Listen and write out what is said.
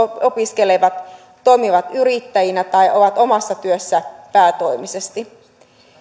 opiskelevat toimivat yrittäjinä tai ovat omassa työssä päätoimisesti